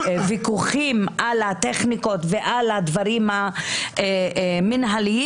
ובוויכוחים על הטכניקות ועל הדברים המינהליים